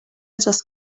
just